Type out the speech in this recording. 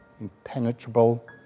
impenetrable